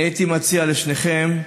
הייתי מציע לשניכם,